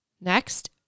Next